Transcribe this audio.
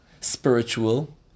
spiritual